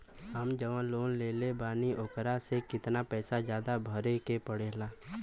हम जवन लोन लेले बानी वोकरा से कितना पैसा ज्यादा भरे के पड़ेला?